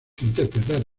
interpretar